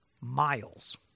miles